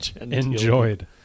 Enjoyed